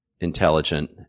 intelligent